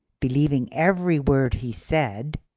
believing every word he said,